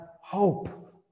hope